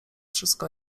wszystko